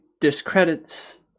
discredits